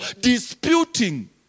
disputing